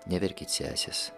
neverkit sesės